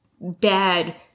bad